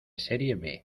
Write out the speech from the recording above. serie